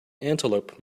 antelope